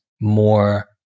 more